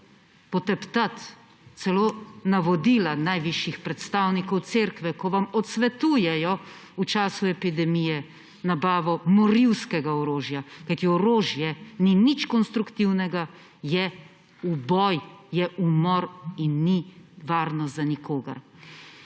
poteptati celo navodila najvišjih predstavnikov Cerkve, ko vam odsvetujejo v času epidemije nabavo morilskega orožja. Kajti orožje ni nič konstruktivnega, je uboj, je umor in ni varno za nikogar.